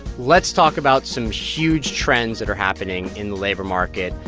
let's talk about some huge trends that are happening in the labor market.